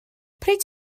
pryd